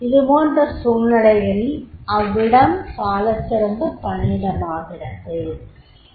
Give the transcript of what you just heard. இதுபோன்ற சூழ்நிலையில் அவ்விடம் சாலச்சிறந்த பணியிடமாகிறது